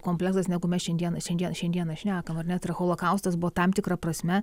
kompleksas negu mes šiandieną šiandien šiandieną šnekame ar ne holokaustas buvo tam tikra prasme